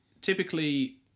typically